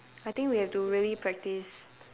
I think we have to really practice